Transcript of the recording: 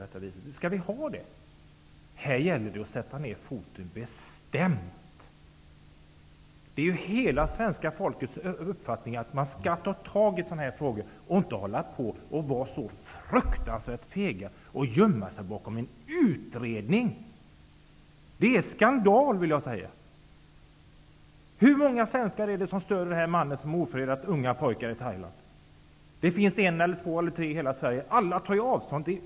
Skall vi ha det? Här gäller det att sätta ner foten bestämt. Det är hela svenska folkets uppfattning att man skall ta tag i sådana här frågor och inte vara så fruktansvärt feg att man gömmer sig bakom en utredning. Det är skandal. Hur många svenskar är det som stöder mannen som har ofredat unga pojkar i Thailand? Det finns en eller två eller tre i hela Sverige. Alla tar ju avstånd från detta.